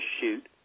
shoot